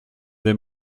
des